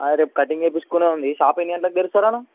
అరే రేపు కటింగ్ చేపించుకునేది ఉంది షాప్ ఎన్ని గంటలకు తెరుస్తారు అన్న